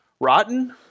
rotten